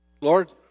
Lord